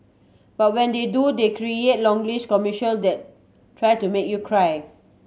but when they do they create longish commercial that try to make you cry